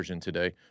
today